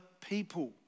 people